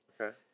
Okay